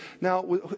Now